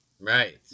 Right